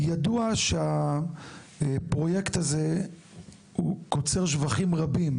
ידוע שהפרויקט הזה קוצר שבחים רבים.